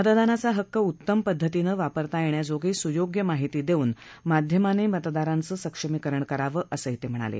मतदानाचा हक्क उत्तम पद्धतीनं वापरता येण्यासाठी सुयोग्य माहिती देऊन माध्यमांनी मतदारांचं सक्षमीकरण करावं असंही ते म्हणाले